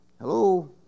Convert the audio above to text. Hello